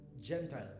Gentile